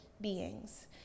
beings